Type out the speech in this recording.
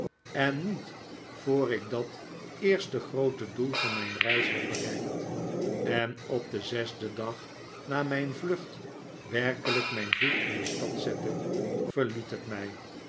en hiet voor ik dat eerste groote doel van mijn reis had bereikt en op den zesden dag na mijn vlucht werkelijk mijn voet in de stad zette verliet het mij